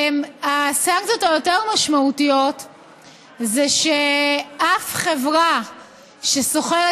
הסנקציות היותר-משמעותיות הן שאף חברה שסוחרת